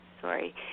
Sorry